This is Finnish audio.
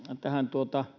tähän